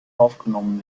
aufgenommen